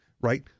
right